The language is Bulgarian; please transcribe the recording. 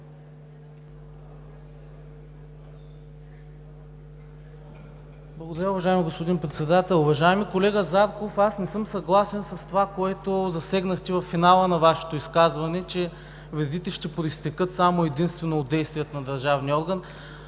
Благодаря. Уважаеми господин Председател! Уважаеми колега Зарков, аз не съм съгласен с това, което засегнахте във финала на Вашето изказване, че вредите ще произтекат само и единствено от действията на държавния орган.